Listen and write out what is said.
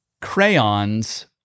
crayons